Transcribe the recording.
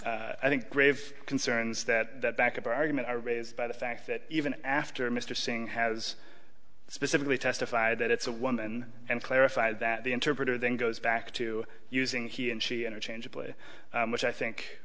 i think grave concerns that that back about argument are raised by the fact that even after mr singh has specifically testified that it's a woman and clarified that the interpreter then goes back to using he and she interchangeably which i think